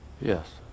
Yes